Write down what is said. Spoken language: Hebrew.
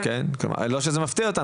לא שזה מפתיע אותנו,